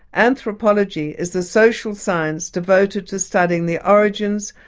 anthropology is the social science devoted to studying the origins,